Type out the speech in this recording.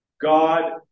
God